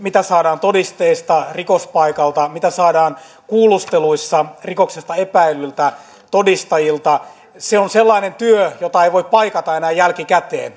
mitä todisteita saadaan rikospaikalta mitä saadaan kuulusteluissa rikoksesta epäillyltä todistajilta on sellainen työ jota ei voi paikata enää jälkikäteen